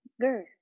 girl